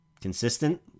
consistent